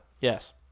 yes